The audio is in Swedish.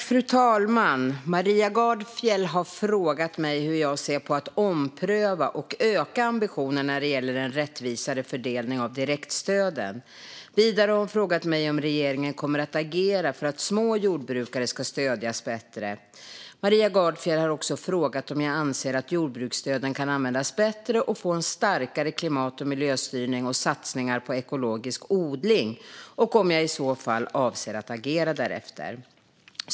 Fru talman! har frågat mig hur jag ser på att ompröva och öka ambitionen när det gäller en rättvisare fördelning av direktstöden. Vidare har hon frågat mig om regeringen kommer att agera för att små jordbrukare ska stödjas bättre. Maria Gardfjell har också frågat om jag anser att jordbruksstöden kan användas bättre och få en starkare klimat och miljöstyrning och satsningar på ekologisk odling, och om jag i så fall avser att agera därefter.